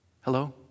Hello